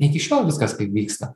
iki šiol viskas kaip vyksta